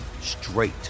straight